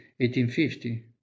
1850